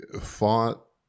fought